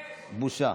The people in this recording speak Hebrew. בושה.